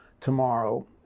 tomorrow